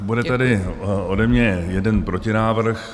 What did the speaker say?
Bude tady ode mě jeden protinávrh.